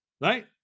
right